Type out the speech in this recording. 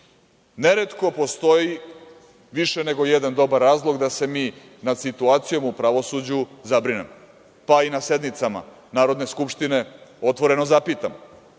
zemlji. Neretko postoji više nego jedan dobar razlog da se mi nad situacijom u pravosuđu zabrinemo, pa i na sednicama Narodne skupštine otvoreno zapitamo.